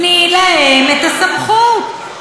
תני להם את הסמכות.